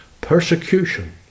persecution